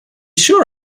sure